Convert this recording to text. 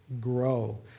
grow